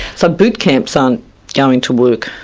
so boot camps aren't going to work.